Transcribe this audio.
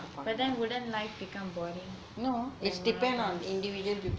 but then wouldn't life become boring memorise